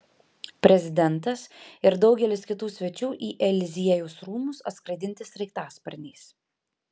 prezidentas ir daugelis kitų svečių į eliziejaus rūmus atskraidinti sraigtasparniais